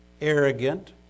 arrogant